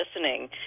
listening